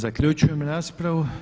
Zaključujem raspravu.